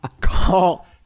Call